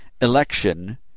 Election